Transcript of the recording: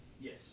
Yes